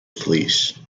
fleece